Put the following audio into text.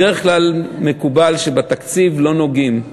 בדרך כלל מקובל שבתקציב לא נוגעים.